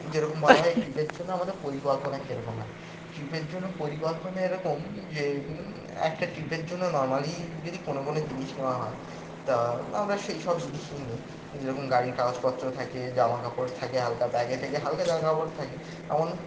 যেরকম বলা হয় এই ট্রিপের জন্য আমাদের পরিকল্পনা কীরকম হয় ট্রিপের জন্য পরিকল্পনা এরকম যে একটা ট্রিপের জন্য নর্মালি যদি কোনো কোনো জিনিস নেওয়া হয় তা আমরা সেই সব জিনিস নিয়ে নিই যেরকম গাড়ির কাগজপত্র থাকে জামা কাপড় থাকে হালকা ব্যাগে থাকে হালকা জামা কাপড় থাকে এমন